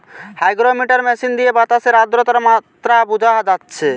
hygrometer machine দিয়ে বাতাসের আদ্রতার মাত্রা বুঝা যাচ্ছে